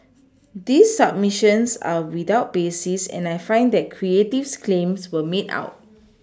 these subMissions are without basis and I find that Creative's claims were made out